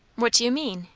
what do you mean?